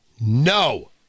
no